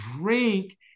drink